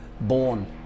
born